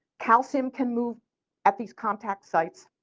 calcium can move at these contact sites,